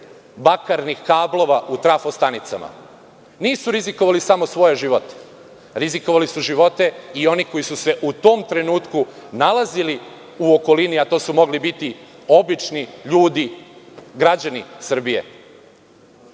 bakarnih kablova u trafo-stanicama. Nisu rizikovali samo svoje živote, rizikovali su živote i onih koji su se u tom trenutku nalazili u okolini, a to su mogli biti obični ljudi, građani Srbije.